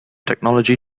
technology